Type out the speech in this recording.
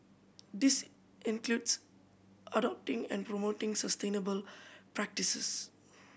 this includes adopting and promoting sustainable practices